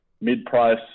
mid-price